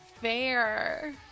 fair